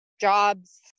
jobs